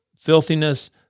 filthiness